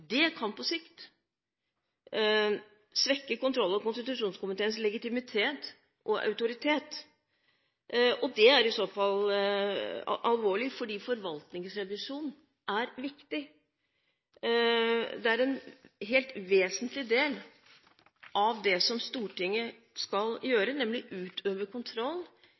Dette kan på sikt svekke kontroll- og konstitusjonskomiteens legitimitet og autoritet, og det er i så fall alvorlig, fordi forvaltningsrevisjon er viktig. Det er en helt vesentlig del av det som Stortinget skal gjøre, nemlig å utøve kontroll